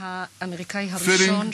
Fitting,